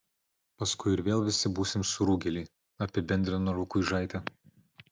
paskui ir vėl visi būsim surūgėliai apibendrino rukuižaitė